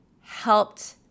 helped